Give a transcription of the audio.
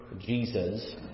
Jesus